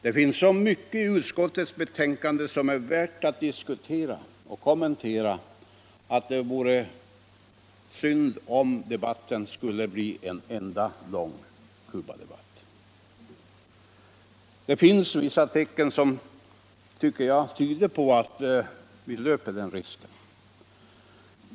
Det finns så mycket j utskottets betänkande som är värt att diskutera och kommentera att det vore synd om debatten skulle bli en enda lång Cubadebatt. Vissa tecken tyder emellertid, anser jag, på att vi löper den risken.